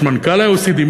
יש מנכ"ל ל-OECD?